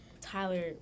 Tyler